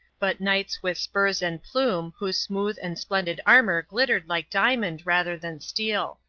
but knights with spurs and plume whose smooth and splendid armour glittered like diamond rather than steel.